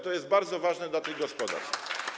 To jest bardzo ważne dla tych gospodarstw.